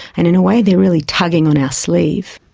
and in a way they're really tugging on our sleeve.